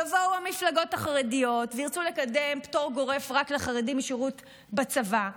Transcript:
יבואו המפלגות החרדיות וירצו לקדם פטור גורף רק לחרדים משירות בצבא.